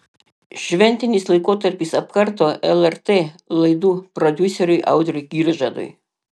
šventinis laikotarpis apkarto lrt laidų prodiuseriui audriui giržadui